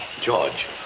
George